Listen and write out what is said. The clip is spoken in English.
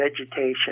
vegetation